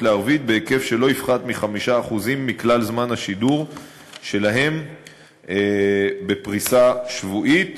לערבית בהיקף שלא יפחת מ-5% מכלל זמן השידור שלהם בפריסה שבועית.